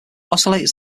oscillators